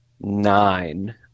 nine